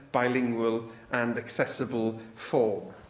bilingual and accessible form.